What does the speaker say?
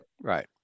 Right